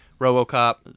RoboCop